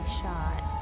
shot